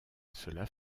cela